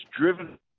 driven